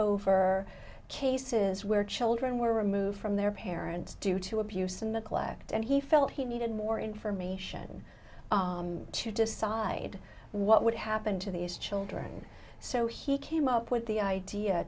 over cases where children were removed from their parents due to abuse and neglect and he felt he needed more information to decide what would happen to these children so he came up with the idea